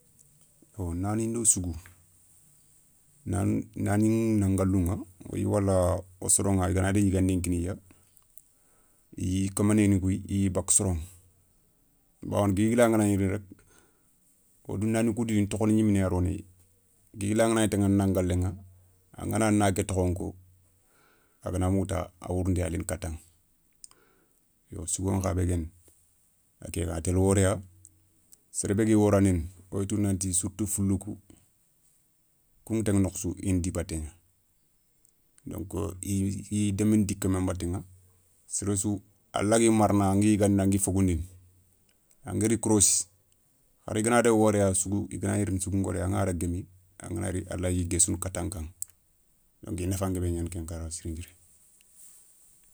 Naanin do sougou, nani, nani ηa nan galou ηa woyi wala wo soroηa i ga na daga yiganden kiniya, i yi kamaneni kou i yi bakka soro bawoni guili guili an gana gni riini rek. Nani kou dou i na tokhoni gnimeni ya roni ya, guili giili an gana gni taghana na ngaleηa, an gana na ké tokhon ko a ga na mougou ta a wourounté gna ntaηana kataηa. Sougo nkha bé guéni a keηa a télé woréya, sere nbé gui worandini woytou nanti surtout fouloukou kouηa tanηa nokhou sou i na di batéηa donc i bé i démini di kama nbatéηa. Séré sou a lagui marana angui yigandini angui fogoundini, angadi korossi hari gana daga wooré ya su, i gana gni rini sougou ngooré angana daga guémlya an ga na ri su a layi guéssounou katan ka. Donc i nafa nguébé ñaani ken kaara sirin siri.